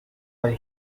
the